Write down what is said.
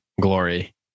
glory